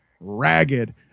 ragged